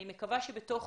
אני מקווה שבתוך